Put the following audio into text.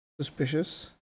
suspicious